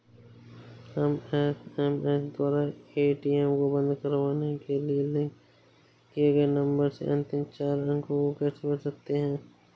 हम एस.एम.एस द्वारा ए.टी.एम को बंद करवाने के लिए लिंक किए गए नंबर के अंतिम चार अंक को कैसे भर सकते हैं?